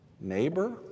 neighbor